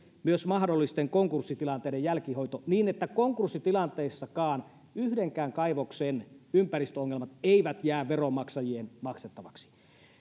myös mahdollisten konkurssitilanteiden jälkihoito niin että konkurssitilanteissakaan yhdenkään kaivoksen ympäristöongelmat eivät jää veronmaksajien maksettavaksi